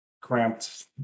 cramped